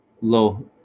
Low